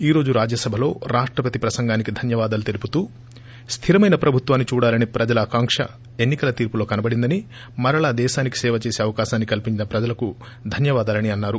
ఈ రోజు రాజ్యసభలో రాష్టపత్ ప్రసంగానికి ధన్యవాదాలు తెలుపుతూ స్లిరమైన ప్రభుత్వాన్ని చూడాలనే ప్రజల ఆకాంక్ష ఎన్నికల తేర్పులో కనబడిందని మరలా దేశానికి సప చేస అవకాశాన్ని కల్సించిన ప్రజలకు ధన్యవాదాలు అన్నారు